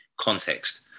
context